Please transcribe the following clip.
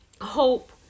hope